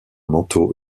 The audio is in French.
manteau